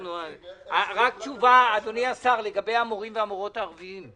תשובה לגבי המורים והמורות הערביים.